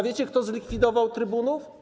Wiecie, kto zlikwidował trybunów?